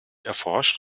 erforscht